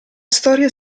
storia